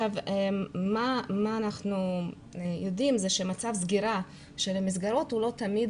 מה שאנחנו עדים לו זה שמצב הסגירה של המסגרות לא תמיד